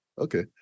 Okay